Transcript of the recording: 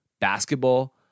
basketball